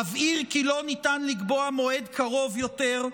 אבהיר כי לא ניתן לקבוע מועד קרוב יותר,